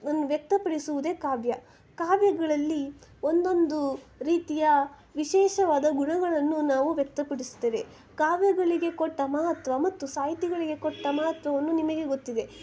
one ವ್ಯಕ್ತಪಡಿಸುವುದೇ ಕಾವ್ಯ ಕಾವ್ಯಗಳಲ್ಲಿ ಒಂದೊಂದು ರೀತಿಯ ವಿಶೇಷವಾದ ಗುಣಗಳನ್ನು ನಾವು ವ್ಯಕ್ತಪಡಿಸುತ್ತೇವೆ ಕಾವ್ಯಗಳಿಗೆ ಕೊಟ್ಟ ಮಹತ್ವ ಮತ್ತು ಸಾಹಿತ್ಯಗಳಿಗೆ ಕೊಟ್ಟ ಮಹತ್ವವನ್ನು ನಿಮಗೆ ಗೊತ್ತಿದೆ